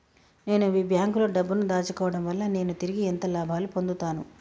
నేను మీ బ్యాంకులో డబ్బు ను దాచుకోవటం వల్ల నేను తిరిగి ఎంత లాభాలు పొందుతాను?